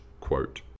quote